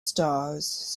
stars